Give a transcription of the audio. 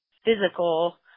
Physical